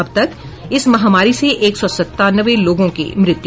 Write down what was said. अब तक इस महामारी से एक सौ संतानवे लोगों की मृत्यु